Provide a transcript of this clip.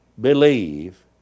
believe